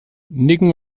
nicken